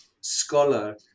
scholar